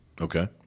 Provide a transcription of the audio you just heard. Okay